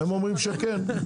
הם אומרים שכן.